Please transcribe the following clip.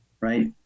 right